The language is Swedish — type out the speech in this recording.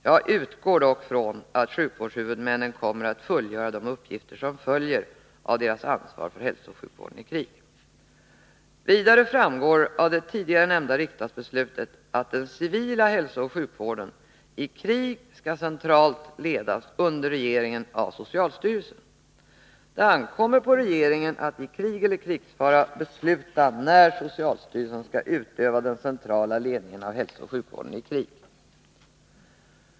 Jag utgår dock från att sjukvårdshuvudmännen kommer att fullgöra de uppgifter som följer av deras ansvar för hälsooch sjukvården i krig. Vidare framgår av det tidigare nämnda riksdagsbeslutet att den civila hälsooch sjukvården i krig skall centralt under regeringen ledas av socialstyrelsen. Det ankommer på regeringen att i krig eller krigsfara besluta när socialstyrelsen skall utöva den centrala ledningen av hälsooch sjukvården i krig.